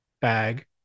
bag